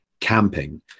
camping